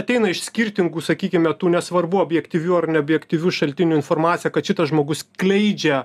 ateina iš skirtingų sakykime tų nesvarbu objektyvių ar neobjektyvių šaltinių informacija kad šitas žmogus skleidžia